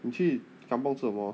你去 kampung 做什么